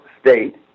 state